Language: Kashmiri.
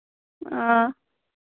آ